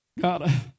God